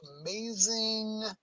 amazing